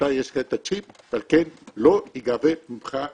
שיש לך את הצ'יפ ועל כן לא ייגבה ממך הבלו.